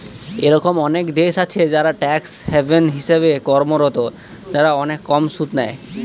এরকম অনেক দেশ আছে যারা ট্যাক্স হ্যাভেন হিসেবে কর্মরত, যারা অনেক কম সুদ নেয়